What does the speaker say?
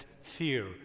fear